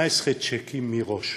18 צ'קים מראש.